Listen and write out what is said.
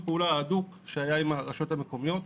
הפעולה ההדוק שהיה עם הרשויות המקומיות,